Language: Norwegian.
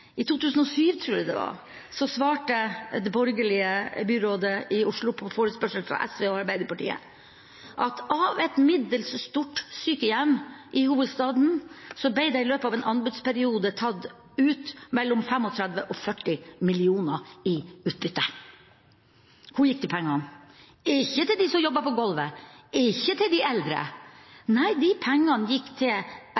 I 2007, tror jeg det var, svarte det borgerlige byrådet i Oslo på forespørsel fra SV og Arbeiderpartiet at av et middels stort sykehjem i hovedstaden ble det i løpet av en anbudsperiode tatt ut mellom 35 og 40 mill. kr i utbytte. Hvor gikk de pengene? Ikke til dem som jobbet på golvet, og ikke til de eldre.